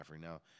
Now